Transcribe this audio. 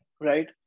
Right